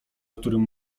którym